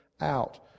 out